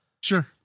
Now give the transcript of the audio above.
Sure